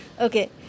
Okay